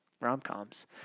rom-coms